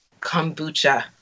kombucha